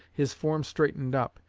his form straightened up,